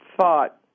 thought